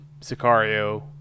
Sicario